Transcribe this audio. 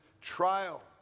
trial